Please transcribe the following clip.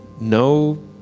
no